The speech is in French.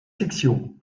sections